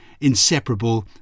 Inseparable